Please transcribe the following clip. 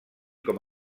com